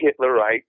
Hitlerite